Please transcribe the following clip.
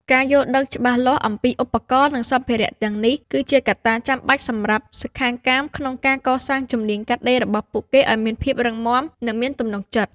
ការយល់ដឹងច្បាស់លាស់អំពីឧបករណ៍ និងសម្ភារៈទាំងអស់នេះ គឺជាកត្តាចាំបាច់សម្រាប់សិក្ខាកាមក្នុងការកសាងជំនាញកាត់ដេររបស់ពួកគេឱ្យមានភាពរឹងមាំ និងមានទំនុកចិត្ត។